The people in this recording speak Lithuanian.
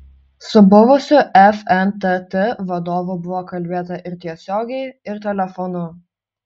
su buvusiu fntt vadovu buvo kalbėta ir tiesiogiai ir telefonu